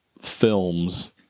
films